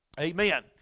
Amen